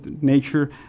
nature